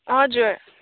हजुर